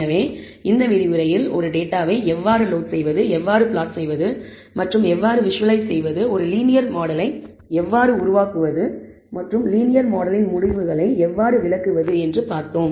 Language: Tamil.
எனவே இந்த விரிவுரையில் ஒரு டேட்டாவை எவ்வாறு லோட் செய்வது எப்படி பிளாட் செய்வது மற்றும் எப்படி விஷுவலைஸ் செய்வது ஒரு லீனியர் மாடலை எவ்வாறு உருவாக்குவது மற்றும் லீனியர் மாடலின் முடிவுகளை எவ்வாறு விளக்குவது என்று பார்த்தோம்